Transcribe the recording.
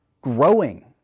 growing